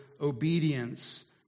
obedience